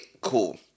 Cool